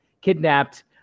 kidnapped